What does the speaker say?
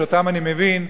שאותן אני מבין,